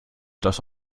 das